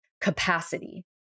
capacity